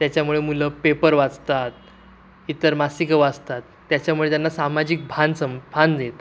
त्याच्यामुळे मुलं पेपर वाचतात इतर मासिकं वाचतात त्याच्यामुळे त्यांना सामाजिक भान सां भान येतं